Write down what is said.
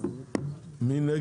מי נמנע?